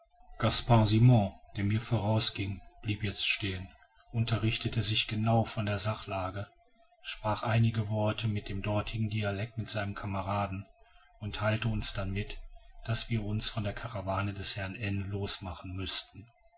der mir voraus ging blieb jetzt stehen unterrichtete sich genau von der sachlage sprach einige worte in dem dortigen dialekt mit seinen kameraden und theilte uns dann mit daß wir uns von der karawane des herrn n losmachen müßten